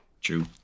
true